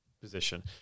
position